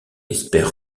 espère